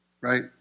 right